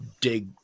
Dig